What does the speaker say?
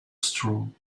straw